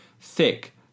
thick